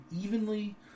evenly